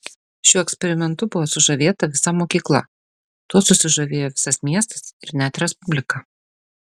šiuo eksperimentu buvo sužavėta visa mokyklą tuo susižavėjo visas miestas ir net respublika